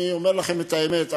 אני אומר לכם את האמת,